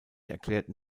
erklärten